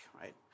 right